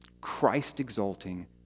Christ-exalting